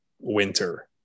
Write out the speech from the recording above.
winter